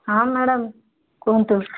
ହଁ ମ୍ୟାଡ଼ାମ୍ କୁହନ୍ତୁ